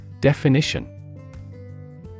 Definition